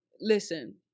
listen